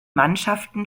mannschaften